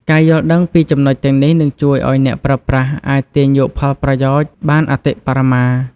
ការយល់ដឹងពីចំណុចទាំងនេះនឹងជួយឱ្យអ្នកប្រើប្រាស់អាចទាញយកផលប្រយោជន៍បានអតិបរមា។